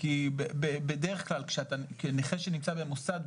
כי נכה שנמצא במוסד,